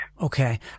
Okay